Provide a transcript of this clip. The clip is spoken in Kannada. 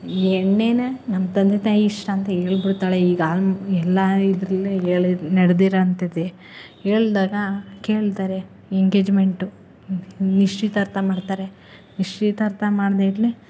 ಎಣ್ಣೆನ ನಮ್ಮ ತಂದೆ ತಾಯಿ ಇಷ್ಟ ಅಂತ ಹೇಳ್ಬಿಡ್ತಾಳೆ ಈಗ ಅಲ್ಲಿ ಎಲ್ಲ ಇದ್ರಲ್ಲಿ ಎಳಿ ನಡ್ದಿರೋಂಥದ್ದೆ ಹೇಳ್ದಾಗ ಕೇಳ್ತಾರೆ ಎಂಗೇಜ್ಮೆಂಟು ನಿಶ್ಚಿತಾರ್ಥ ಮಾಡ್ತಾರೆ ನಿಶ್ಚಿತಾರ್ಥ ಮಾಡಿದೆ ಇರಲಿ